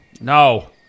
No